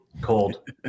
Cold